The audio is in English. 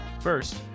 First